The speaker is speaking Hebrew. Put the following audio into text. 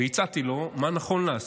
הצעתי לו מה נכון לעשות,